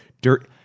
Dirt